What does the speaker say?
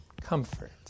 Comfort